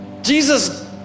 Jesus